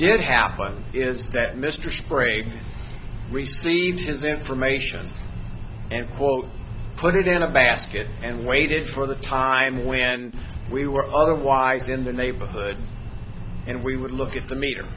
did happen is that mr sprague received his information and quote put it in a basket and waited for the time when we were otherwise in the neighborhood and we would look at the m